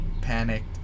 panicked